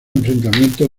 enfrentamientos